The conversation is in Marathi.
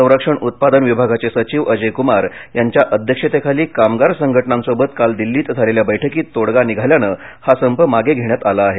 संरक्षण उत्पादन विभागाचे सचिव अजय कुमार यांच्या अध्यक्षतेखाली कामगार संघटनांसोबत काल दिल्लीत झालेल्या बैठकीत तोडगा निघाल्याने हा संप मागे घेण्यात आला आहे